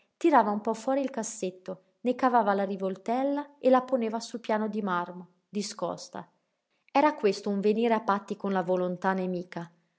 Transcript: tirava un po fuori il cassetto ne cavava la rivoltella e la poneva sul piano di marmo discosta era questo un venire a patti con la volontà nemica